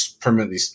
permanently